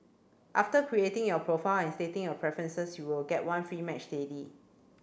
after creating your profile and stating your preferences you will get one free match daily